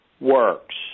works